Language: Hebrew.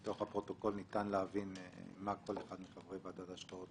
מתוך הפרוטוקול ניתן להבין מה כל אחד מחברי ועדת ההשקעות